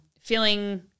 feeling